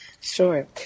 Sure